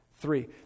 three